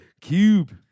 cube